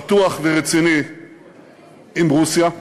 פתוח ורציני עם רוסיה.